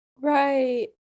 Right